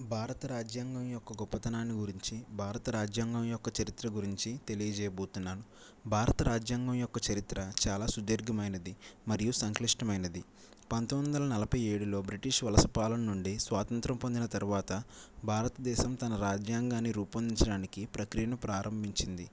భారత రాజ్యాంగం యొక్క గొప్పతనాన్ని గురించి భారత రాజ్యాంగం యొక్క చరిత్ర గురించి తెలియచేయబోతున్నాను భారత రాజ్యాంగం యొక్క చరిత్ర చాలా సుదీర్ఘమైనది మరియు సంక్లిష్టమైనది పంతోమ్మిది వందల నలభై ఏడులో బ్రిటిష్ వలన పాలన నుండి స్వాతంత్రం పొందిన తర్వాత భారతదేశం తన రాజ్యాంగాన్ని రూపొందించడానికి ప్రక్రియను ప్రారంభించింది